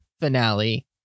finale